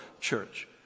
church